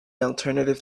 alternative